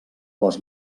les